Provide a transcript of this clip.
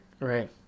Right